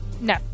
No